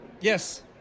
Yes